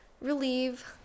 relieve